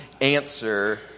answer